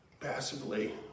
passively